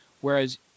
whereas